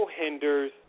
hinders